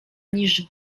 niż